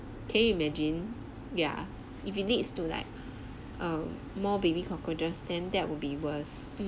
can you imagine yeah if it leads to like um more baby cockroaches then that would be worse